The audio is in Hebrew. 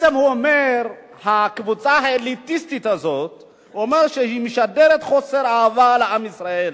הוא אומר שהקבוצה האליטיסטית הזאת "משדרת חוסר אהבה לעם ישראל,